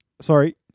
sorry